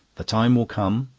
the time will come.